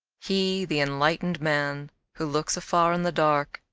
he, the enlightened man who looks afar in the dark,